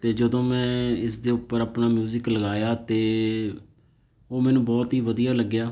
ਅਤੇ ਜਦੋਂ ਮੈਂ ਇਸ ਦੇ ਉੱਪਰ ਆਪਣਾ ਮਿਊਜ਼ਿਕ ਲਗਾਇਆ ਅਤੇ ਉਹ ਮੈਨੂੰ ਬਹੁਤ ਹੀ ਵਧੀਆ ਲੱਗਿਆ